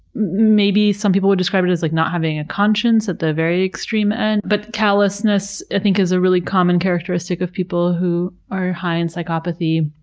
maybe some people would describe it as like not having a conscience at the very extreme end. but callousness, i think, is a very common characteristic of people who are high in psychopathy.